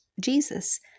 Jesus